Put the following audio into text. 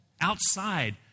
outside